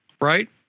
right